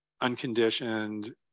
unconditioned